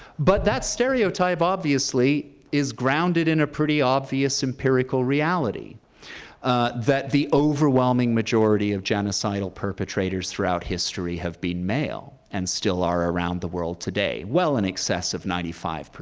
but that stereotype obviously is grounded in a pretty obviously empirical reality that the overwhelming majority of genocidal perpetrators throughout history have been male and still are around the world today, well in excess of ninety five.